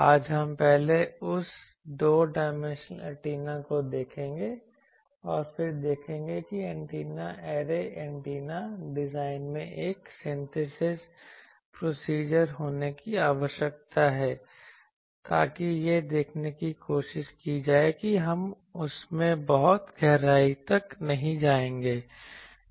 आज हम पहले उस दो डायमेंशनल एंटीना को देखेंगे और फिर देखेंगे कि ऐन्टेना ऐरे एंटीना डिजाइन में एक सिंथेसिस प्रोसीजर होने की आवश्यकता है ताकि यह देखने की कोशिश की जाए कि हम उसमें बहुत गहराई तक नहीं जाएंगे